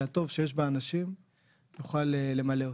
שהטוב שיש באנשים יוכל למלא אותו.